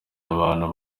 abantu